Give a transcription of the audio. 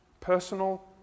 Personal